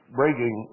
breaking